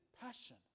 passion